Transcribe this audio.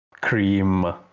cream